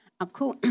Aku